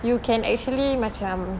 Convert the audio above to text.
you can actually macam